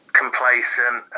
complacent